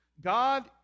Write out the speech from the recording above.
God